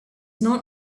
not